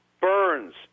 Burns